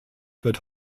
wird